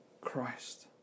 Christ